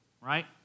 right